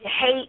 hate